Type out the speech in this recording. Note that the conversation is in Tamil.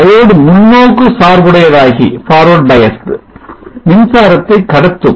Diode முன்னோக்கு சார்புடைய தாகி மின்சாரத்தை கடத்தும்